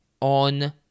on